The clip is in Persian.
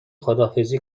خداحافظی